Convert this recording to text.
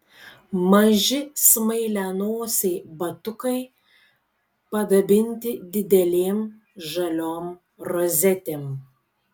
maži smailianosiai batukai padabinti didelėm žaliom rozetėm